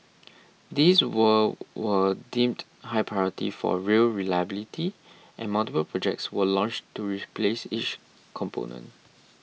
these were were deemed high priority for rail reliability and multiple projects were launched to replace each component